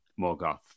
morgoth